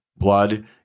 blood